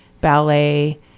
ballet